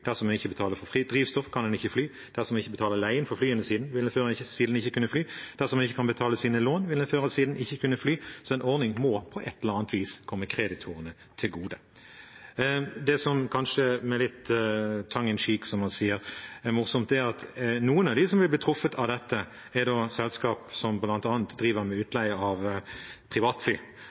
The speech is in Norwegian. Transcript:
Dersom en ikke betaler for drivstoff, kan en ikke fly. Dersom en ikke betaler leien for flyene sine, vil en før eller siden ikke kunne fly. Dersom en ikke kan betale sine lån, vil en før eller siden ikke kunne fly. Så en ordning må på et eller annet vis komme kreditorene til gode. Det som kanskje med litt «tongue in cheek», som man sier, er morsomt, er at noen av dem som vil bli truffet av dette, er selskaper som bl.a. driver med utleie av privatfly.